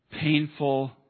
painful